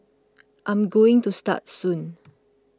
I'm going to start soon